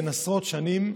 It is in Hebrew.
בן עשרות שנים,